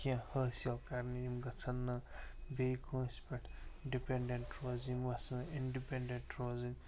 کیٚنٛہہ حٲصِل کرنہِ یِم گَژھن نہٕ بیٚیہِ کٲنسہِ پٮ۪ٹھ ڈِپٮ۪نٛڈٮ۪نٛٹ روزِ یِم اِنڈپٮ۪ڈٮ۪نٛٹ روزٕنۍ